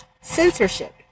censorship